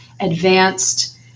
advanced